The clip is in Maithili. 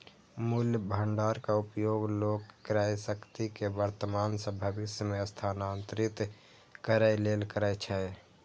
मूल्य भंडारक उपयोग लोग क्रयशक्ति कें वर्तमान सं भविष्य मे स्थानांतरित करै लेल करै छै